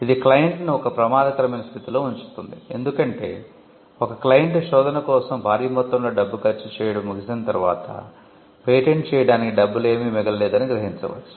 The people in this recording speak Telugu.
ఇది క్లయింట్ను ఒక ప్రమాదకరమైన స్థితిలో ఉంచుతుంది ఎందుకంటే ఒక క్లయింట్ శోధన కోసం భారీ మొత్తంలో డబ్బు ఖర్చు చేయడం ముగిసిన తర్వాత పేటెంట్ చేయడానికి డబ్బులు ఏమీ మిగల లేదు అని గ్రహించవచ్చు